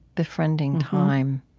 befriending time.